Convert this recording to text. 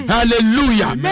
Hallelujah